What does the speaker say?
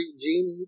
Genie